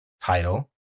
title